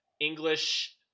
English